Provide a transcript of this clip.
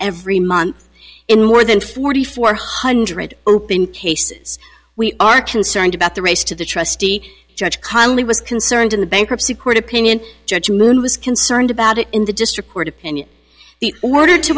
every month in more than forty four hundred open cases we are concerned about the race to the trustee judge connelly was concerned in the bankruptcy court opinion judge moon was concerned about it in the district court opinion the order to